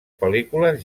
pel·lícules